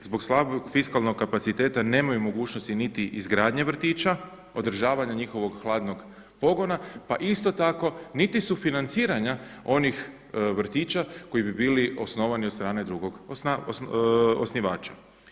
Zbog slabog fiskalnog kapaciteta nemaju mogućnosti niti izgradnje vrtića, održavanja njihovog hladnog pogona pa isto tako niti su financiranja onih vrtića koji bi bili osnovani od strane drugog osnivača.